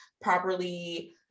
properly